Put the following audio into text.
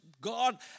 God